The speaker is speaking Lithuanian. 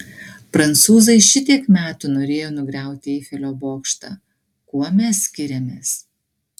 prancūzai šitiek metų norėjo nugriauti eifelio bokštą kuo mes skiriamės